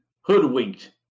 hoodwinked